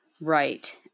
Right